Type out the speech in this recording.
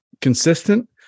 consistent